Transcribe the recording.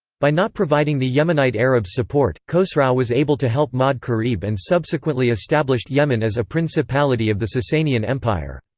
by not providing the yemenite arabs support, khosrau was able to help ma'd-karib and subsequently established yemen as a principality of the sassanian empire.